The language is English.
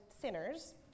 sinners